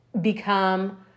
become